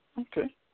Okay